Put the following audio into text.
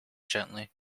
gently